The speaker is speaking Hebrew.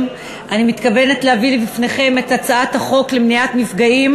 אני מתכבדת להביא בפניכם את הצעת החוק למניעת מפגעים